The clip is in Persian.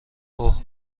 اوه